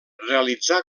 realitzar